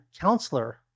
counselor